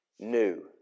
new